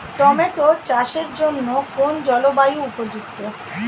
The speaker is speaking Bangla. টোমাটো চাষের জন্য কোন জলবায়ু উপযুক্ত?